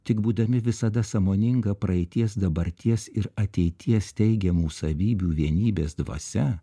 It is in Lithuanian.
tik būdami visada sąmoninga praeities dabarties ir ateities teigiamų savybių vienybės dvasia